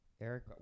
Eric